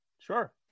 Sure